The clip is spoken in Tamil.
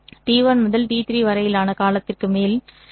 t1 முதல் t3 வரையிலான காலத்திற்கு மேல் சரி